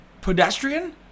pedestrian